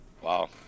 wow